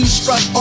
struck